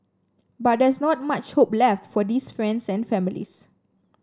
but there's not much hope left for these friends and families